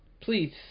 Please